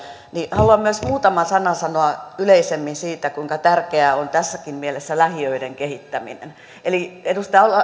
haluan myös muutaman sanan sanoa yleisemmin siitä kuinka tärkeää on tässäkin mielessä lähiöiden kehittäminen edustaja